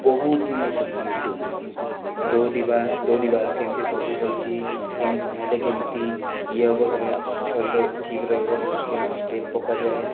ବହୁତ ଜିନିଷ ଶିଖିଛି ୟୁଟ୍ୟୁବ୍ରୁ ଦୌଡ଼ିବା ଦୌଡ଼ିବାର କେମିତି ପ୍ରୋସେସ୍ ଅଛି କେମିତି ଧାଇଁଲେ କେମିତି ଇଏ ହେବ ଶରୀର ଠିକ୍ ରହିବ କେମିତି ଷ୍ଟେପ୍ ପକାଯାଏ